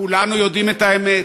כולנו יודעים את האמת.